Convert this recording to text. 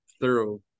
thorough